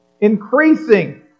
Increasing